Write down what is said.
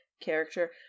character